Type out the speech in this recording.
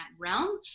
realm